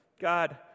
God